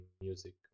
music